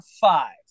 five